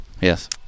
yes